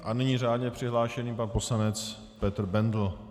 A nyní řádně přihlášený pan poslanec Petr Bendl.